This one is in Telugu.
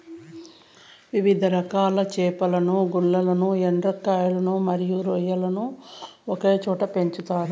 వివిధ రకాల చేపలను, గుల్లలు, ఎండ్రకాయలు మరియు రొయ్యలను ఒకే చోట పెంచుతారు